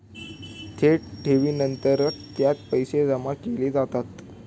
थेट ठेवीनंतरच त्यात पैसे जमा केले जातात